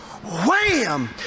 Wham